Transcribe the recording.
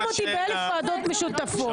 תוקעים אותי באלף ועדות משותפות.